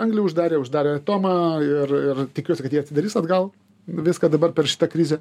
anglį uždarė uždarė tomą ir ir tikiuosi kad jie atsidarys atgal viską dabar per šitą krizę